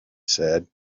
said